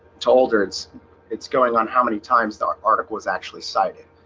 told erds it's going on how many times that article was actually cited.